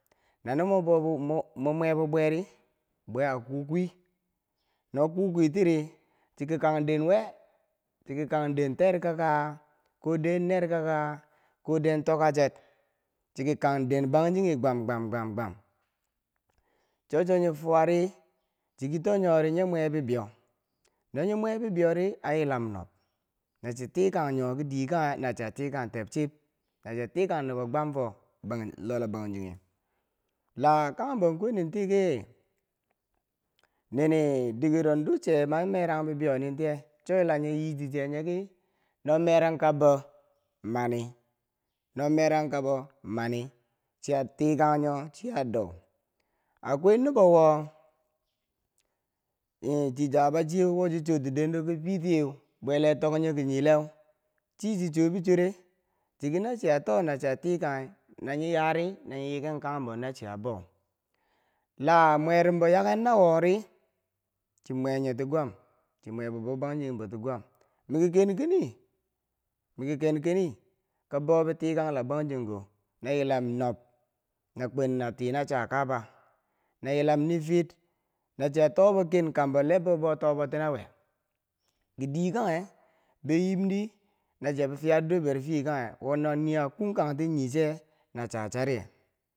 Na no mo bo bo mwabo bweri, bwe a kukwi no kukwi tiri chiki kang den we? chiki kang deng teer kaka ko den neer kaka ko den tukacheer chiki kang deng bangjinghe gwam gwam. gwam gwam cho- cho nyo fuwari chiki to Nyoro nye mwe bibeiyo nonye mwe bibeiyori yan yilam nob nachi tikang nyo ki dekanye nachiya tikang tebchiyeb, nachiya tikang nubo gwamfo lo labangjingheu. La kanghembo kweni tiki nini dikero dikero duche manyi merang bibeiyo nin tiye, cho la nyi yichitiye nyiki nob merangkab bo mani, nob merangkabo mani, chiya tikang nyo chiya dou a kwai nubo wo, e- chi jabachiyeu wochi chuwo ti dendo ki PTA wo bwele tok nyo kinyi leu chii chi cho bichore chiki na chiya to na chiya tikanghi na nyi yari na nye yiken kanyembo nachiya bou la mwerumbo yakeng na wori chi mwe nyoti gwam chi mwebo bo bangjinghebo ti gwam miki ken- kini miki ken kini ko bou bi tikang labangjongho na yilam nob na kwen na ti na cha kaba na yilam nifit nachiya to boken kambo lebbo toboti naweu, kidiye kanghe bi yimdi nabi fiya dorber fiye kanghe wono ni a kunkantiyiche nachachariye.